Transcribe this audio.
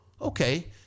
okay